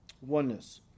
Oneness